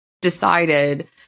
decided